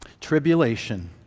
tribulation